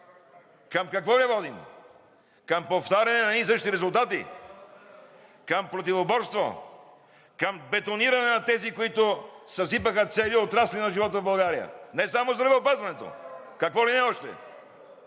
Към какво я водим? Към повтаряне на едни и същи резултати?! Към противоборство?! Към бетониране на тези, които съсипаха цели отрасли на живота в България, не само в здравеопазването?! Какво ли не още?